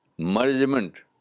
management